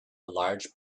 large